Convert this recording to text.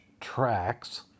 tracks